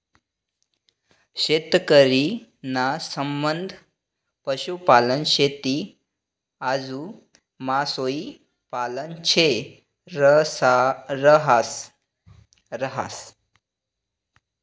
शेतकरी ना संबंध पशुपालन, शेती आजू मासोई पालन शे रहास